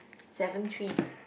seven threes